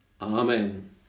Amen